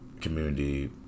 community